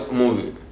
movie